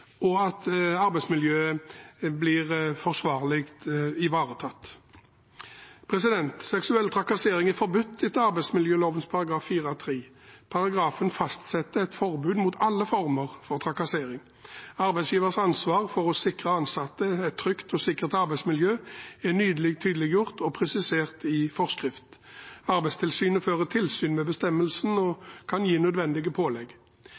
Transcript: og at arbeidsmiljøet blir ivaretatt på en forsvarlig måte. Seksuell trakassering er forbudt etter arbeidsmiljøloven § 4-3. Paragrafen fastsetter et forbud mot alle former for trakassering. Arbeidsgivers ansvar for å sikre ansatte et trygt og sikkert arbeidsmiljø er nylig tydeliggjort og presisert i forskrift. Arbeidstilsynet fører tilsyn med bestemmelsen og kan gi nødvendige pålegg.